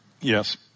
Yes